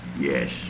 Yes